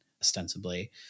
ostensibly